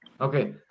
Okay